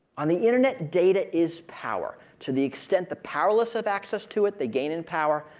on the internet, data is power. to the extent the powerless have access to it they gain in power,